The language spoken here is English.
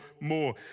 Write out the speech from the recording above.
more